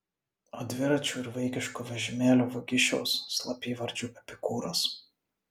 o dviračių ir vaikiškų vežimėlių vagišiaus slapyvardžiu epikūras